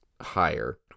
higher